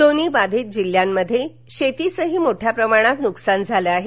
दोन्ही बाधित जिल्ह्यात शेतीचंही मोठ्या प्रमाणात नुकसान झालं आहे